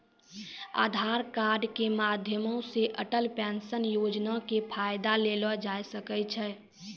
आधार कार्ड के माध्यमो से अटल पेंशन योजना के फायदा लेलो जाय सकै छै